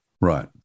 Right